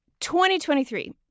2023